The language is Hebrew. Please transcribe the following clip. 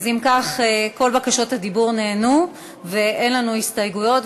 אם כך, כל בקשות הדיבור נענו, ואין לנו הסתייגות.